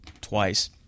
twice